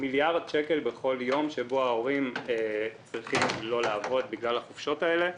מיליארד שקל בכל יום שבו ההורים לא עובדים בכלל החופשות האלה.